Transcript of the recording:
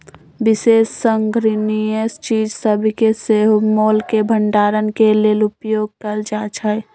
विशेष संग्रहणीय चीज सभके सेहो मोल के भंडारण के लेल उपयोग कएल जाइ छइ